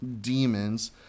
demons